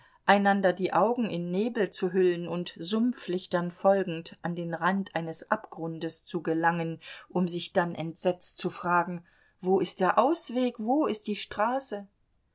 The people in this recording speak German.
einander die augen in nebel zu hüllen und sumpflichtern folgend an den rand eines abgrundes zu gelangen um sich dann entsetzt zu fragen wo ist der ausweg wo ist die straße